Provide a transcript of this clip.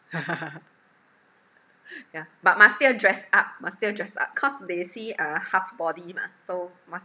yeah but must still dress up must still dress up cause they see uh half body mah so must